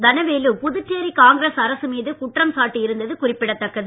Dhanavelu Puducherry Congress அரசு மீது குற்றம் சாட்டியிருந்தது குறிப்பிடத்தக்கது